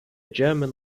german